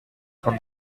from